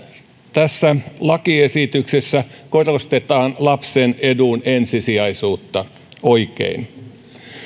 tässä lakiesityksessä korostetaan lapsen edun ensisijaisuutta oikein